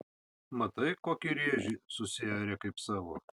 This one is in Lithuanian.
matai kokį rėžį susiarė kaip savo